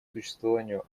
существованию